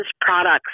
products